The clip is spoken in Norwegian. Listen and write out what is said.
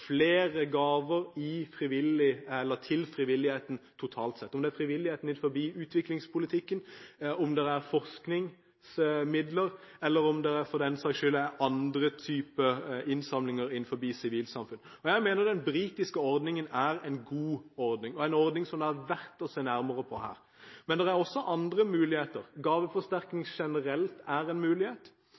flere gaver til frivilligheten totalt sett – om det er frivilligheten innenfor utviklingspolitikken, om det er forskningsmidler, eller om det for den saks skyld er andre typer innsamlinger innenfor sivilsamfunnet. Jeg mener den britiske ordningen er en god ordning, og en ordning som det er verdt å se nærmere på her. Men det er også andre muligheter. Gaveforsterkning generelt er en mulighet,